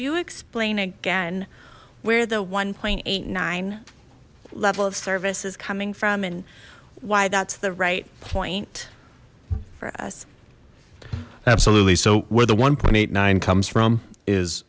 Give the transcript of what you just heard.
you explain again where the one point eight nine level of service is coming from and why that's the right point for us absolutely so we're the one eighty nine comes from is